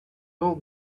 old